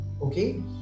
Okay